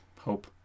hope